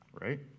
right